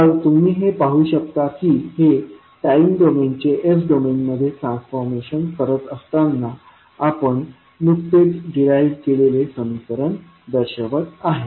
तर तुम्ही हे पाहू शकता की हे टाईम डोमेन चे s डोमेनमध्ये ट्रान्सफॉर्मेशन करत असताना आपण नुकतेच डिराइव्ह केलेले समीकरण दर्शवत आहे